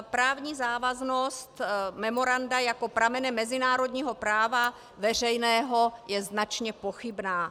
Právní závaznost memoranda jako pramene mezinárodního práva veřejného je značně pochybná.